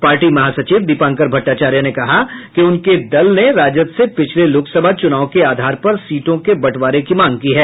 party महासचिव दीपांकर भट्टाचार्य ने कहा कि उनके दल ने राजद से पिछले लोकसभा चुनाव के आधार पर सीटों के बंटवारे की मांग की है